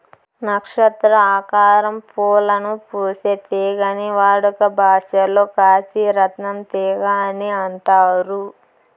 నక్షత్ర ఆకారం పూలను పూసే తీగని వాడుక భాషలో కాశీ రత్నం తీగ అని అంటారు